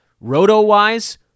Roto-wise